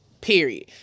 Period